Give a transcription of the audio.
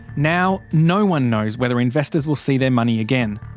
now, no one knows whether investors will see their money again.